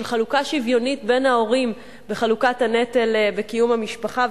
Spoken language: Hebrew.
שוויוניות בין ההורים בחלוקת הנטל בקיום המשפחה,